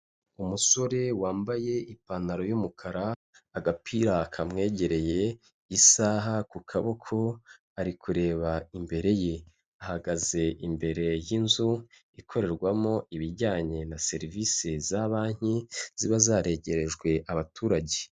Umusore wambaye ipantaro y'umukara, agapira kamwegereye, isaha ku kaboko, ari kureba imbere ye. Ahagaze imbere y'inzu ikorerwamo ibijyanye na serivisi za banki, ziba zaregerejwe abaturage.